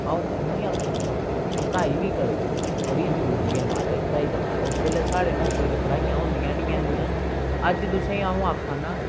अ'ऊं उ'नेंगी आखनां तुस बी पढ़ाई बी करो बड़ी जरूरी ऐ महाराज पढ़ाई कन्नै उस बेल्लै साढ़ै मौके ते पढ़ाइयां होंदियां नी ऐ हियां अज्ज तुसेंगी अ'ऊं आखा ना